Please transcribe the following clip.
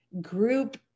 group